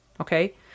Okay